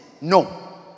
no